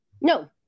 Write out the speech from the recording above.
No